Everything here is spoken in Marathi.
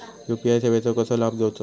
यू.पी.आय सेवाचो कसो लाभ घेवचो?